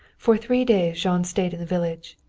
for three days jean stayed in the village.